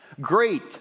Great